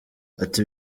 ati